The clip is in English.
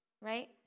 right